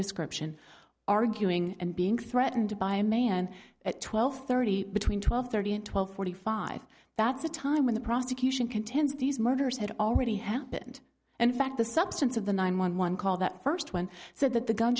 description arguing and being threatened by a man at twelve thirty between twelve thirty and twelve forty five that's the time when the prosecution contends these murders had already happened and in fact the substance of the nine one one call that first went so that the gun